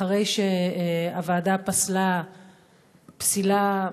אחרי שהוועדה פסלה פסילה,